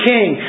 King